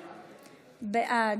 בעד.